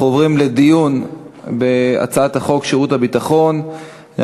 אנחנו עוברים לדיון בהצעת חוק שירות ביטחון (תיקון מס' 19). אני